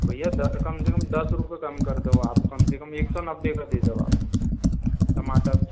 भैया दस कम से कम दस रुपये कम कर दो आप कम से कम एक सौ नब्बे का दे दो आप टमाटर